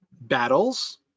battles